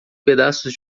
pedaços